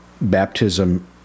Baptism